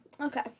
Okay